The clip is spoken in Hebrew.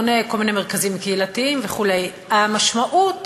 הוא בונה כל מיני מרכזים קהילתיים וכו' והמשמעות